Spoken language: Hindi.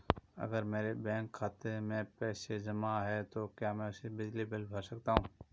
अगर मेरे बैंक खाते में पैसे जमा है तो क्या मैं उसे बिजली का बिल भर सकता हूं?